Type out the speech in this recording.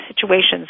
situations